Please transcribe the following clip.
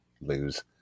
lose